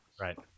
Right